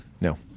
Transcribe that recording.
No